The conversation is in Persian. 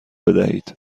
بدهید